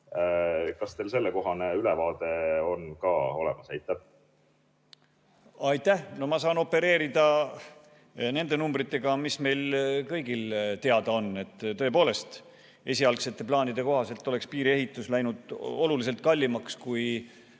Kas teil sellekohane ülevaade on olemas? Aitäh! No ma saan opereerida nende numbritega, mis meile kõigile teada on. Tõepoolest, esialgsete plaanide kohaselt oleks piiriehitus läinud oluliselt kallimaks, kui